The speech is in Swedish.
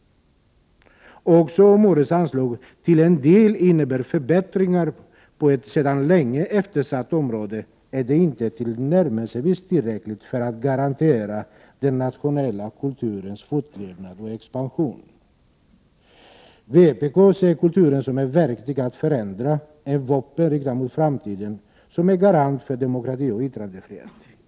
Även om årets anslag till en del innebär förbättringar på ett sedan länge eftersatt område, är det inte tillnärmelsevis tillräckligt för att garantera den nationella kulturens fortlevnad och expansion. Vpk ser kulturen som ett verktyg med vilket man kan förändra, ett vapen riktat mot framtiden, som en garant för demokrati och yttrandefrihet.